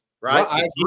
right